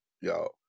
Yo